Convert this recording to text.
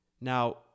Now